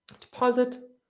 deposit